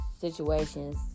situations